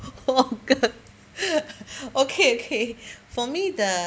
oh god okay okay for me the